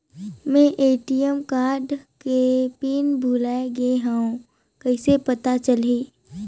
मैं ATM card के PIN भुलाए गे हववं कइसे पता चलही?